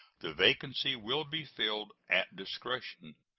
the vacancy will be filled at discretion.